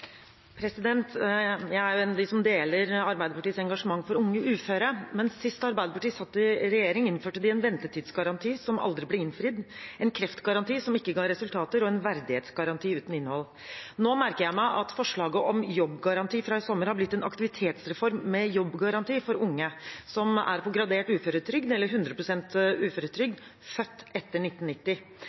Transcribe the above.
en av dem som deler Arbeiderpartiets engasjement for unge uføre. Sist Arbeiderpartiet satt i regjering, innførte de en ventetidsgaranti som aldri ble innfridd, en kreftgaranti som ikke ga resultater, og en verdighetsgaranti uten innhold. Nå merker jeg meg at forslaget om jobbgaranti fra i sommer har blitt en aktivitetsreform med jobbgaranti for unge født etter 1990 som er på gradert uføretrygd eller på 100 pst. uføretrygd.